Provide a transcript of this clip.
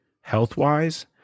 health-wise